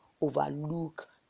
overlook